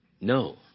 No